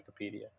Wikipedia